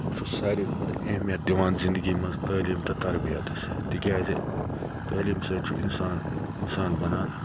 بہٕ چھُس ساروی کھۄتہٕ اہمیت دِوان زِنٛدگی مَنٛز تعلیم تہٕ تَربِیَتَس تکیازِ تعلیٖم سۭتۍ چھُ اِنسان اِنسان بَنان